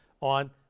on